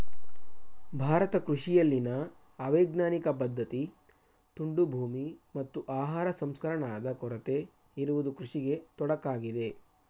ಭಾರತ ಕೃಷಿಯಲ್ಲಿನ ಅವೈಜ್ಞಾನಿಕ ಪದ್ಧತಿ, ತುಂಡು ಭೂಮಿ, ಮತ್ತು ಆಹಾರ ಸಂಸ್ಕರಣಾದ ಕೊರತೆ ಇರುವುದು ಕೃಷಿಗೆ ತೊಡಕಾಗಿದೆ